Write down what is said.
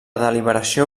deliberació